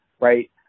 right